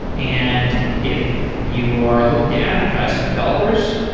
and if you are looking to advertise to developers,